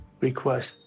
request